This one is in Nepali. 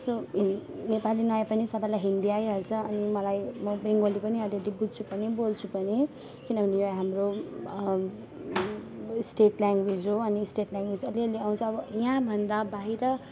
सो नेपाली नआए पनि सबैलाई हिन्दी आइहाल्छ अनि मलाई म बेङ्गाली पनि अलिअलि बुझ्छु पनि बोल्छु पनि किनभने हाम्रो स्टेट ल्याङ्वेज हो अनि स्टेट ल्याङग्वेज अलिअलि आउँछ अब यहाँ भन्दा बाहिर